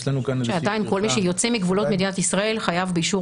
עדיין כל מי שיוצא מגבולות מדינת ישראל חייב באישור